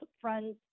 friend's